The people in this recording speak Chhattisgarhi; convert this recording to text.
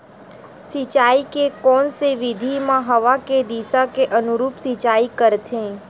सिंचाई के कोन से विधि म हवा के दिशा के अनुरूप सिंचाई करथे?